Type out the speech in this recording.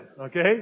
Okay